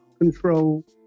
control